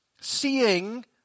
seeing